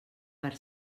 per